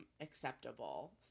acceptable